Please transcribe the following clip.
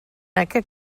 aquest